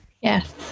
Yes